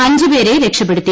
അഞ്ച് പേരെ രക്ഷപ്പെടുത്തി